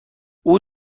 اون